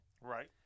Right